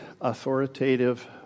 authoritative